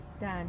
done